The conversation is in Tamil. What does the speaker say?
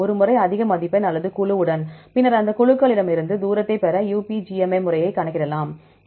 ஒருமுறை அதிக மதிப்பெண் அல்லது குழுவுடன் பின்னர் அந்தக் குழுக்களிடமிருந்து தூரத்தைப் பெற UPGMA முறையைக் கணக்கிடலாம்